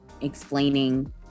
explaining